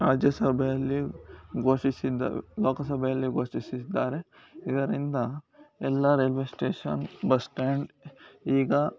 ರಾಜ್ಯಸಭೆಯಲ್ಲಿ ಘೋಷಿಸಿದ್ದಾರೆ ಲೋಕಸಭೆಯಲ್ಲಿ ಘೋಷಿಸಿದ್ದಾರೆ ಇದರಿಂದ ಎಲ್ಲ ರೈಲ್ವೆ ಸ್ಟೇಷನ್ ಬಸ್ ಸ್ಟ್ಯಾಂಡ್ ಈಗ